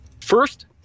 First